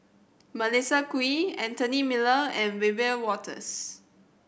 Melissa Kwee Anthony Miller and Wiebe Wolters